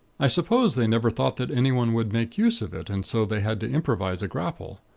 i suppose they never thought that anyone would make use of it, and so they had to improvise a grapple.